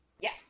Yes